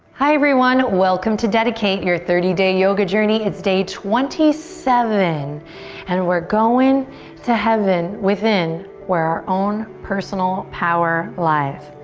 hi everyone, welcome to dedicate, your thirty day yoga journey. it's day twenty seven and we're going to heaven within where our own personal power lies.